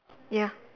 ya